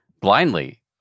blindly